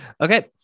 Okay